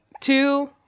two